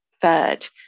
third